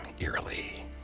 eerily